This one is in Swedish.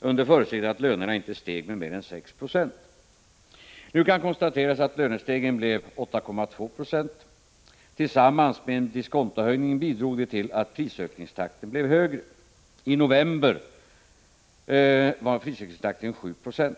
under förutsättning att lönerna inte steg med mer än 6976. Nu kan konstateras att lönestegringen blev 8,2 26, vilket tillsammans med en diskontohöjning bidrog till att prisökningstakten blev högre. I november var prisökningstakten 7 96.